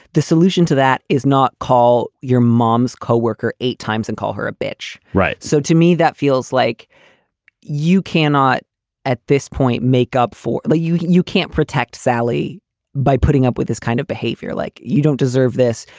the solution to that is not call your mom's co-worker eight times and call her a bitch. right. so to me, that feels like you cannot at this point make up for that. you you can't protect sally by putting up with this kind of behavior like you don't deserve this.